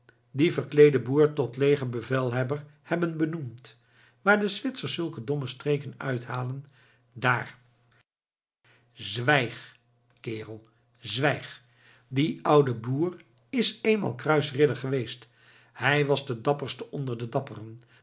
dien verkleeden boer tot leger bevelhebber hebben benoemd waar de zwitsers zulke domme streken uithalen daar zwijg kerel zwijg die oude boer is eenmaal kruisridder geweest hij was de dapperste onder de dapperen